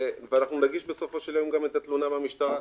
בסופו של יום גם תלונה במשטרה.